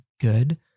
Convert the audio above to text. good